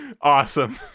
Awesome